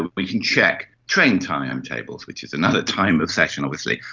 we can check train timetables, which is another time obsession obviously,